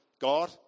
God